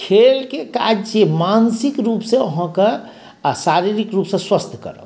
खेलके काज छियै मानसिक रूप से अहाँकेँ आ शारीरिक रूप से स्वस्थ करब